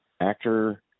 actor